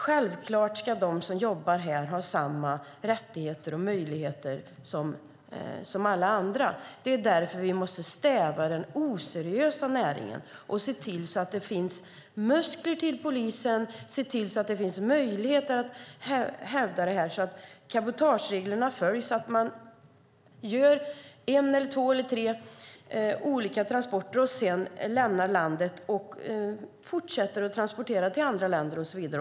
Självklart ska de som jobbar här ha samma rättigheter och möjligheter som alla andra. Det är därför vi måste stävja den oseriösa näringen, se till att det finns muskler till polisen och se till att det finns möjligheter att hävda att cabotagereglerna ska följas. De får en, två eller tre transporter, lämnar landet, fortsätter att transportera till andra länder och så vidare.